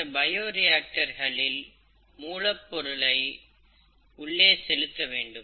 இந்த பயோரியாக்டர்களில் மூலப் பொருட்களை உள்ளே செலுத்த வேண்டும்